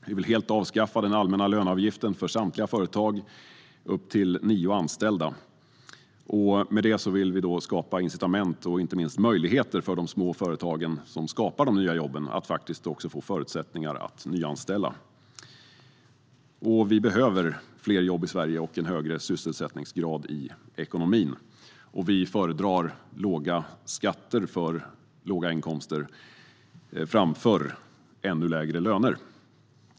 Vi vill helt avskaffa den allmänna löneavgiften för samtliga företag upp till nio anställda. Med detta vill vi skapa incitament och möjligheter för de små företagen, som skapar de nya jobben, att få förutsättningar att nyanställa. Vi behöver fler jobb i Sverige, och vi behöver en högre sysselsättningsgrad i ekonomin. Vi föredrar låga skatter för låga inkomster framför ännu lägre löner.